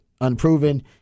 unproven